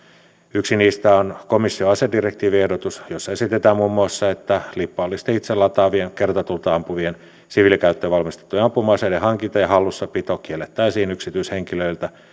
yksi niistä on komission asedirektiiviehdotus jossa esitetään muun muassa että lippaallisten itselataavien kertatulta ampuvien siviilikäyttöön valmistettujen ampuma aseiden hankinta ja ja hallussapito kiellettäisiin yksityishenkilöiltä